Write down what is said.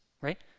right